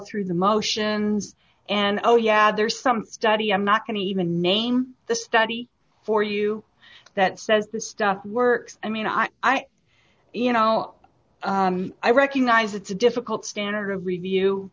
through the motions and oh yeah there's some study i'm not going to even name the study for you that says this stuff works i mean i i you know i recognize it's a difficult standard of review